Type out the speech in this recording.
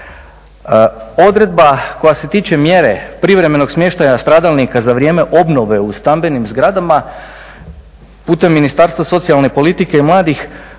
Odredba koja se tiče mjere privremenog smještaja stradalnika za vrijeme obnove u stambenim zgradama putem Ministarstva socijalne politike i mladih